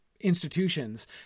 institutions